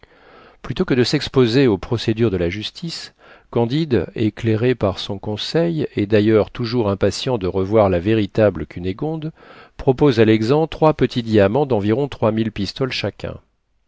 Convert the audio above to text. plutôt que de s'exposer aux procédures de la justice candide éclairé par son conseil et d'ailleurs toujours impatient de revoir la véritable cunégonde propose à l'exempt trois petits diamants d'environ trois mille pistoles chacun